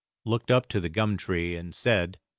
looked up to the gum tree, and said,